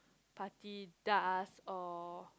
party does or